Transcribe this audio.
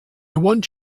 want